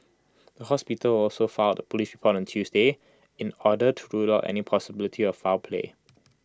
the hospital also filed A Police report on Tuesday in order to rule out any possibility of foul play